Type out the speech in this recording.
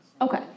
Okay